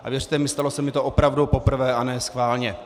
A věřte mi, stalo se mi to opravdu poprvé a ne schválně.